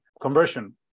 conversion